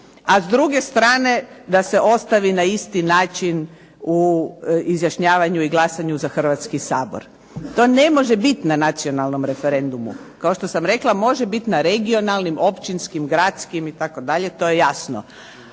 a s druge strane da se ostavi na isti način u izjašnjavanju i glasanju za Hrvatski sabor. To ne može biti na nacionalnom referendumu. Kao što sam rekla može biti na regionalnim, općinskim, gradskim itd. to je jasno,